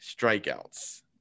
strikeouts